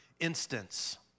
instance